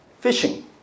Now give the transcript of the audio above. fishing